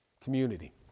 Community